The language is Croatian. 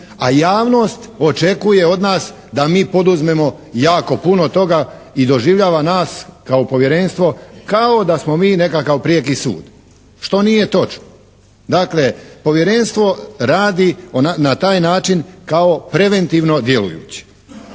a javnost očekuje od nas da mi poduzmemo jako puno toga i doživljava nas kao povjerenstvo kao da smo mi nekakav prijeki sud što nije točno. Dakle, Povjerenstvo radi na taj način kao preventivno djelujući.